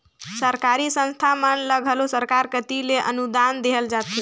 सरकारी संस्था मन ल घलो सरकार कती ले अनुदान देहल जाथे